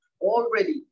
already